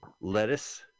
Lettuce